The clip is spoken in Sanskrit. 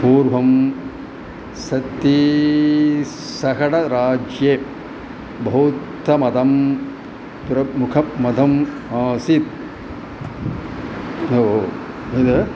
पूर्वं छत्तीसगढराज्ये भौद्धमतं प्रमुखमतम् आसीत्